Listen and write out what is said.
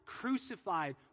crucified